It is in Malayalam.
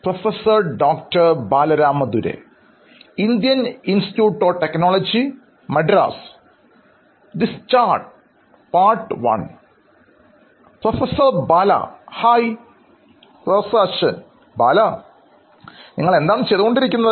പ്രൊഫസർബാലഹായ് പ്രൊഫസർ അശ്വിൻ ബാലനിങ്ങൾ എന്താണ് ചെയ്തുകൊണ്ടിരിക്കുന്നത്